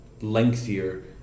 lengthier